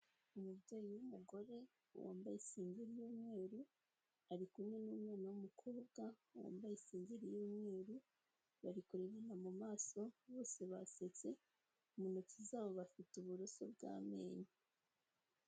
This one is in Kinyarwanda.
Umubyeyi w'umugore wambaye isengeri y'umweru ari kumwe n'umwana w'umukobwa wambaye isingeri y'umweru bari kurebana mu maso bose basetse, mu ntoki zabo bafite uburoso bw'amenyo.